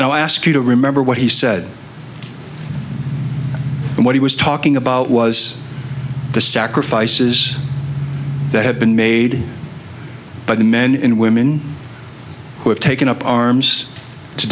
and i'll ask you to remember what he said and what he was talking about was the sacrifices that have been made by the men and women who have taken up arms to